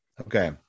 okay